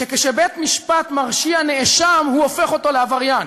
שכשבית-משפט מרשיע נאשם הוא הופך אותו לעבריין,